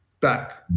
back